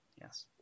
Yes